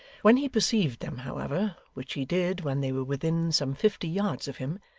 when he perceived them, however, which he did when they were within some fifty yards of him,